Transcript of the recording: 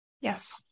Yes